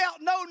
no